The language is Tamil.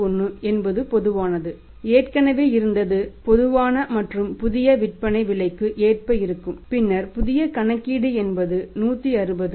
81 என்பது பொதுவானது ஏற்கனவே இருந்தது பொதுவான மற்றும் புதியது விற்பனை விலைக்கு ஏற்ப இருக்கும் பின்னர் புதிய கணக்கீடு என்பது 160